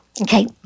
Okay